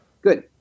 good